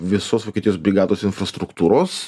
visos vokietijos brigados infrastruktūros